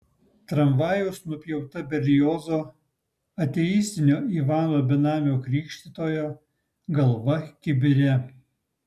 tramvajaus nupjauta berliozo ateistinio ivano benamio krikštytojo galva kibire